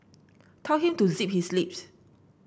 tell him to zip his lip